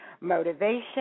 motivation